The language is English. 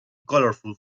colorful